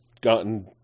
gotten